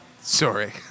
Sorry